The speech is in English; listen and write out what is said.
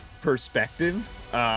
perspective